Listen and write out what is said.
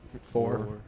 Four